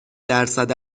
درصد